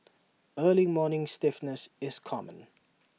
early morning stiffness is common